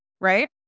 Right